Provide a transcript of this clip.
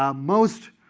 um most